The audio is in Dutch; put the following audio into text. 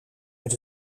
met